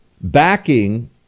backing